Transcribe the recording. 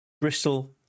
Bristol